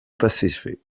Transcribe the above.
pacific